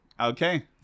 Okay